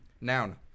Noun